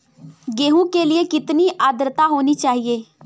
गेहूँ के लिए कितनी आद्रता होनी चाहिए?